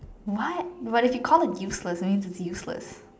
what but if you called it useless that means it's useless